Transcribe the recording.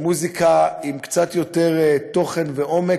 למוזיקה עם קצת יותר תוכן ועומק.